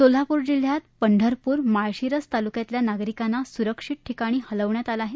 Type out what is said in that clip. सोलापूर जिल्ह्यात पंढरपूर माळशिरस तालुक्यातल्या नागरिकांना सुरक्षित ठिकाणी हलवण्यात आलं आहे